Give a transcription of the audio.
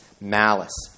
malice